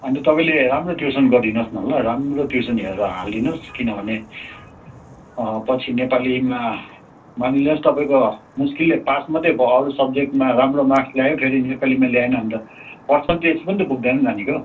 अनि त तपाईँले राम्रो ट्युसन गरिदिनुहोस् न ल राम्रो ट्युसन हेरेर हालिदिनुहोस् किनभने पछि नेपालीमा मानिलिनुहोस् तपाईँको मुस्किलले पास मात्रै भयो अरू सब्जेक्टमा राम्रो मार्क्स ल्यायो फेरि नेपालीमा ल्याएन अनि त पर्सेन्टेज पनि त पुग्दैन नानीको